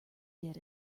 did